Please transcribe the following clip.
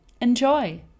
Enjoy